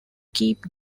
keep